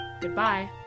goodbye